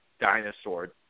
dinosaur